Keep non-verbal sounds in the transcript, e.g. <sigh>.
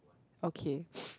okay <noise>